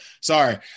Sorry